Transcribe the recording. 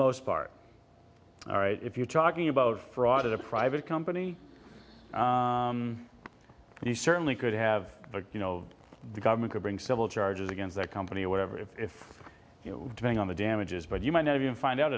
most part all right if you're talking about fraud at a private company and you certainly could have a you know the government could bring civil charges against that company or whatever if you bring on the damages but you might not even find out